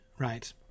Right